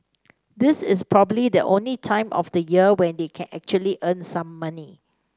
this is probably the only time of the year when they can actually earn some money